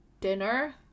dinner